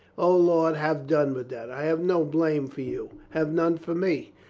o, lud, have done with that. i have no blame for you. have none for me.